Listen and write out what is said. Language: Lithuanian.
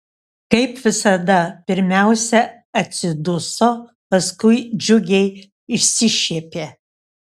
kaip visada pirmiausia atsiduso paskui džiugiai išsišiepė